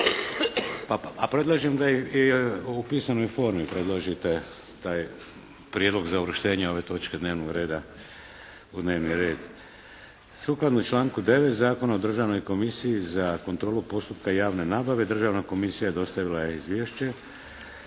A predlažem da i u pisanoj formi predložite taj prijedlog za uvrštenje ove točke dnevnog reda u dnevni red. Sukladno članku 9. Zakona o Državnoj komisiji za kontrolu postupka javne nabave Državna komisija dostavila je izvješće.